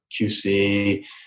QC